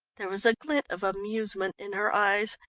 there was a glint of amusement in her eyes,